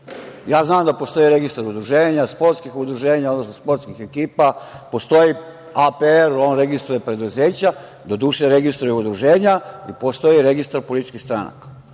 Ja znam da postoji registar udruženja, sportskih udruženja, odnosno sportskih ekipa. Postoji APR, on registruje preduzeća. Doduše registruje i udruženja i postoji registar političkih stranaka. Danas